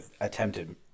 attempted